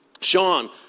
Sean